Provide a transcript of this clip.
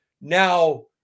Now